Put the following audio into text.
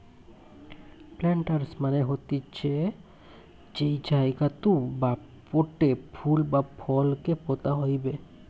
planters মানে হতিছে যেই জায়গাতু বা পোটে ফুল বা ফল কে পোতা হইবে